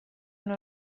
una